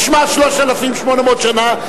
נשמר 3,800 שנה,